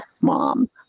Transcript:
mom